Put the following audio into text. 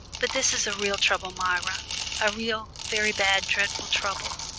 but this is a real trouble, myra a real, very bad, dreadful trouble,